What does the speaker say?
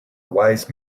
wise